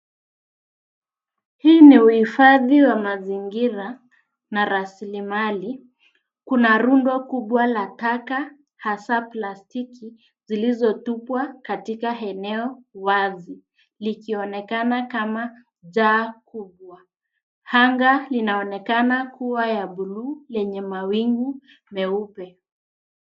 Hii ni uhifadhi wa mazingira na rasilimali. Kuna rundo kubwa la taka hasa plastiki zilizotupwa katika eneo wazi likionekana kama jaa kubwa. Anga linaonekana kuwa ya buluu lenye mawingu meupe.